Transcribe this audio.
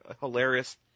hilarious